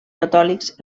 catòlics